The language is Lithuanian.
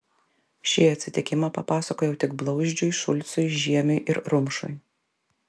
šį atsitikimą papasakojau tik blauzdžiui šulcui žiemiui ir rumšui